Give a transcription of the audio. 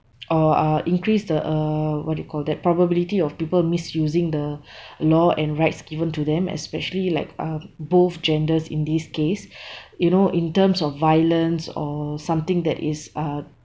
or uh increase the uh what you call that probability of people misusing the law and rights given to them especially like um both genders in this case you know in terms of violence or something that is uh